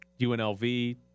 UNLV